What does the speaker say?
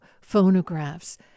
phonographs